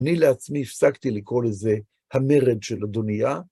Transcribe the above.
אני לעצמי הפסקתי לקרוא לזה המרד של אדוניה.